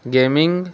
gaming